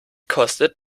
kostet